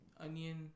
Onion